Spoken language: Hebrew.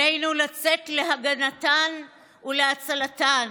עלינו לצאת להגנתן ולהצלתן.